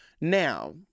Now